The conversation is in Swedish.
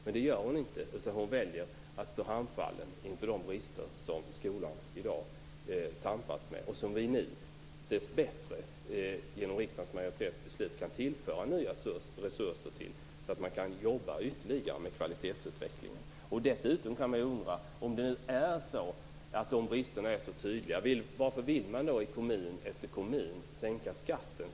Det gör hon dock inte. I stället väljer hon att stå handfallen inför de brister som skolan i dag tampas med och som vi nu, dessbättre, genom riksdagsmajoritetens beslut kan tillföra nya resurser så att man kan jobba ytterligare med kvalitetsutvecklingen. Om de här bristerna är så tydliga, varför vill man då i kommun efter kommun sänka skatten?